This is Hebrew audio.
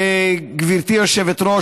גברתי היושבת-ראש,